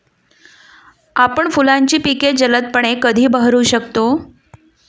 आपण फुलांची पिके जलदपणे कधी बहरू शकतो?